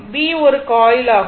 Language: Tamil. B ஒரு காயில் ஆகும்